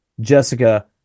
Jessica